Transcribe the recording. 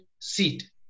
seat